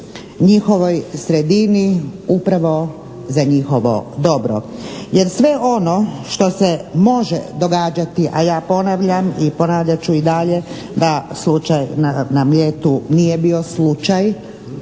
njihovoj sredini upravo za njihovo dobro. Jer sve ono što se može događati, a ja ponavljam i ponavljat ću i dalje da slučaj na Mljetu nije bio slučaj